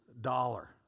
dollar